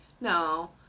no